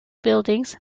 buildings